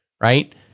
right